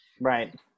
Right